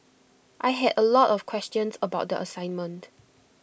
I had A lot of questions about the assignment